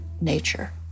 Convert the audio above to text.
nature